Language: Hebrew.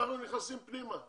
אתם נכנסים פנימה.